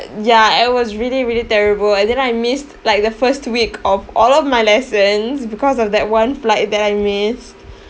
ya it was really really terrible and then I missed like the first week of all of my lessons because of that one flight that I missed